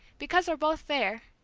because we're both fair.